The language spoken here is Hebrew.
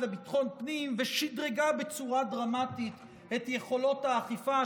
לביטחון פנים ושדרגה בצורה דרמטית את יכולות האכיפה,